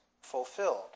fulfilled